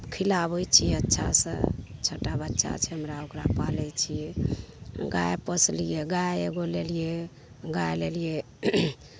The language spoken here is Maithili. खिलाबै छिए अच्छासे छोटा बच्चा छै हमरा ओकरा पालै छिए गाइ पोसलिए गाइ एगो लेलिए गाइ लेलिए